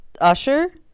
Usher